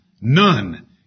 None